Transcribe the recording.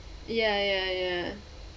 ya ya ya